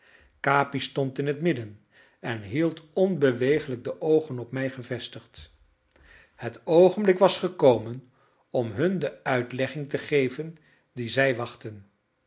capi stond in het midden en hield onbeweeglijk de oogen op mij gevestigd het oogenblik was gekomen om hun de uitlegging te geven die zij wachtten